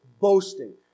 boasting